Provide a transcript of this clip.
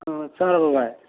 ꯑ ꯆꯥꯔꯕꯣ ꯚꯥꯏ